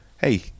Hey